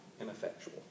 ineffectual